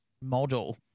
model